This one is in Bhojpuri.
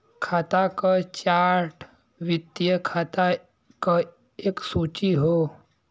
खाता क चार्ट वित्तीय खाता क एक सूची हौ